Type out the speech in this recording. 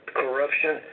corruption